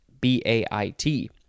B-A-I-T